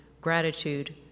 gratitude